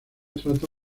trata